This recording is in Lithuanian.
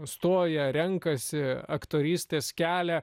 stoja renkasi aktorystės kelią